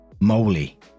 moly